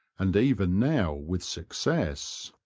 and even now with success.